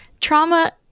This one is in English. trauma